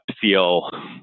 feel